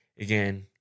again